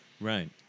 right